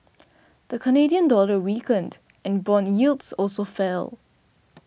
the Canadian dollar weakened and bond yields also fell